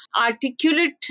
articulate